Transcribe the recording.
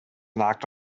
knocked